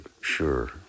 sure